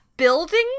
building